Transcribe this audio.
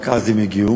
רק אז הם הגיעו,